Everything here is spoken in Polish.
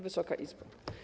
Wysoka Izbo!